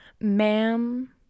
ma'am